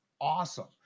awesome